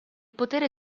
potere